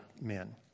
men